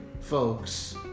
folks